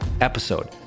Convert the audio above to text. episode